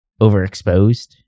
overexposed